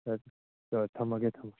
ꯊꯝꯃꯒꯦ ꯊꯝꯃꯒꯦ